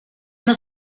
nos